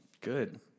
Good